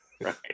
Right